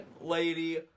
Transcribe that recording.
lady